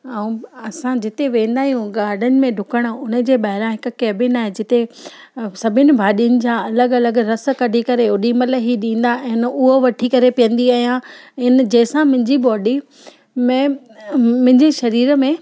ऐं असां जिते वेंदा आहियूं गार्डन में ॾुकण उनजे ॿाहिरा हिकु कैबिन आहे जिते सभिनि भाॼियुनि जा अलॻि अलॻि रस कढी करे ओॾीमहिल ई ॾींदा आहिनि उहो वठी करे पीअंदी आहियां इन जंहिंसां मुंहिंजी बॉडी में मुंहिंजी शरीर में